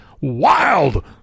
wild